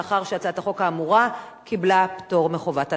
מאחר שהצעת החוק האמורה קיבלה פטור מחובת הנחה.